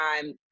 time